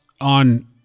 on –